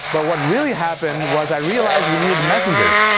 but what really happened was i realized we needed messengers,